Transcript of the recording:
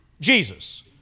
Jesus